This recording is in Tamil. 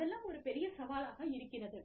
அதெல்லாம் ஒரு பெரிய சவாலாக இருக்கிறது